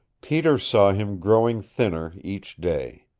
peter saw him growing thinner each day.